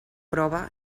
prova